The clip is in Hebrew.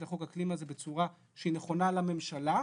חוק האקלים הזה בצורה שהיא נכונה לממשלה.